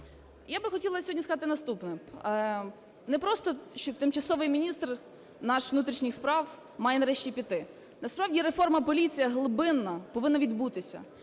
Я би хотіла сьогодні сказати наступне. Не просто, щоб тимчасовий міністр наш внутрішніх справ має нарешті піти. Насправді реформа поліції глибинна повинна відбутися.